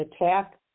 attack